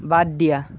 বাদ দিয়া